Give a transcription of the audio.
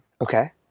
Okay